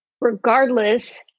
regardless